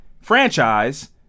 franchise